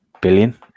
billion